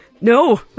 no